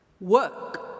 Work